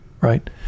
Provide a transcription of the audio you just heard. right